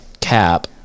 cap